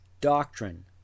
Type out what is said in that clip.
doctrine